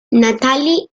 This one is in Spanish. natalie